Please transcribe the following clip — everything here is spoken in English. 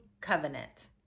covenant